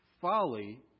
Folly